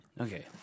Okay